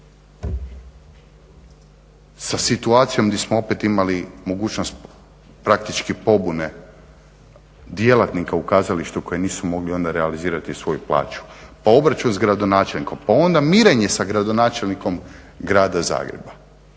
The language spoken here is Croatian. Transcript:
sa situacijom gdje smo opet imali mogućnost praktički pobune djelatnika u kazalištu koji nisu mogli onda realizirati svoju plaću, pa obračun s gradonačelnikom, pa onda mirenje s gradonačelnikom Grada Zagreba.